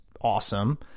awesome